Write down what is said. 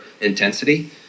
intensity